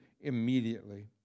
immediately